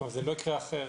אבל זה לא יקרה אחרת.